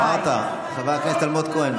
היי, התעוררת, חבר הכנסת אלמוג כהן.